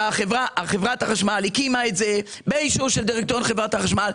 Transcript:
חברת החשמל הקימה את זה באישור של דירקטוריון של חברת חשמל,